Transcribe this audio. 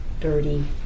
dirty